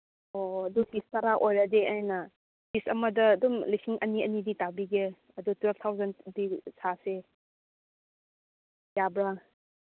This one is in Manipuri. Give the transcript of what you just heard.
ꯑꯣ ꯑꯗꯨꯒꯤ ꯇꯔꯥ ꯑꯣꯏꯔꯗꯤ ꯑꯩꯅ ꯄꯤꯁ ꯑꯃꯗ ꯑꯗꯨꯝ ꯂꯤꯁꯤꯡ ꯑꯅꯤ ꯑꯅꯤꯗꯤ ꯇꯥꯕꯤꯒꯦ ꯑꯗꯨ ꯇ꯭ꯋꯦꯜꯐ ꯊꯥꯎꯖꯟꯗꯤ ꯁꯥꯁꯦ ꯌꯥꯕ꯭ꯔꯥ